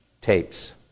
tapes